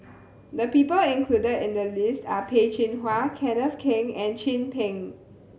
the people included in the list are Peh Chin Hua Kenneth Keng and Chin Peng